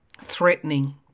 threatening